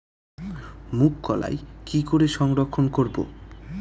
মুঘ কলাই কি করে সংরক্ষণ করব?